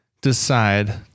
decide